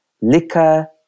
liquor